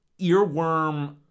earworm